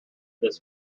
this